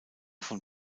von